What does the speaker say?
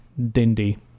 Dindy